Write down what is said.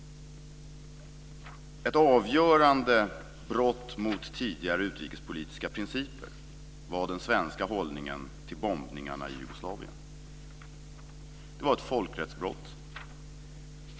Ett avgörande brott mot tidigare utrikespolitiska principer var den svenska hållningen till bombningarna i Jugoslavien. Det var ett folkrättsbrott.